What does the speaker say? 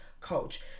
coach